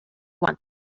want